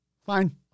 Fine